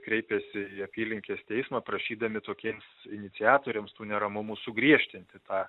kreipėsi į apylinkės teismą prašydami tokiems iniciatoriams tų neramumų sugriežtinti tą